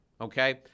okay